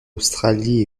australie